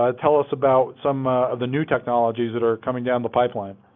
ah tell us about some of the new technologies that are coming down the pipeline?